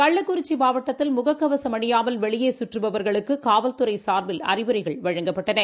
கள்ளக்குறிச்சிமாவட்டத்தில் முகக்கவசம் அணியாமல் வெளியேசுற்றுபவர்களுக்குகாவல்துறைசார்பில் அறிவுரைகள் வழங்கப்பட்டன